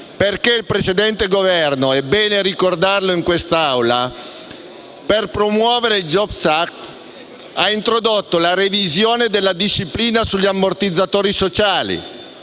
Perché il precedente Governo - ed è bene ricordarlo in quest'Aula - per promuovere il *jobs act* ha introdotto la revisione della disciplina sugli ammortizzatori sociali,